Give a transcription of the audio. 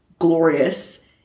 glorious